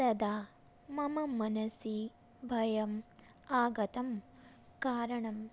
तदा मम मनसि भयम् आगतं कारणं